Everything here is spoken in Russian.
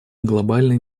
глобальной